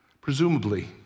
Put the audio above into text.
presumably